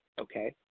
Okay